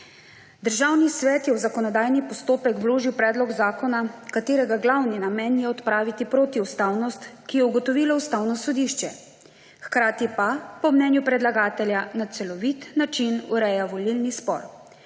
Državni svet je v zakonodajni postopek vložil predlog zakona, katerega glavni namen je odpraviti protiustavnost, ki jo je ugotovilo Ustavno sodišče, hkrati pa po mnenju predlagatelja na celovit način ureja volilni spor.